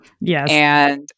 Yes